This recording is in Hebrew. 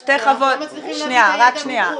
אנחנו לא מצליחים להביא את הידע מחו"ל.